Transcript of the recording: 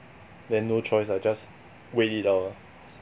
then no choice lah just wait it out lah